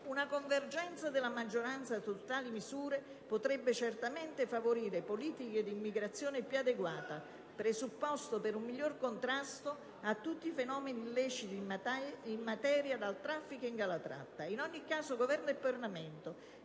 Una convergenza della maggioranza su tale misure potrebbe certamente favorire politiche di immigrazione più adeguate, presupposto per un migliore contrasto a tutti i fenomeni illeciti in materia, dal *traffiking* alla tratta. E in ogni caso il Governo e il Parlamento,